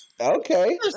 Okay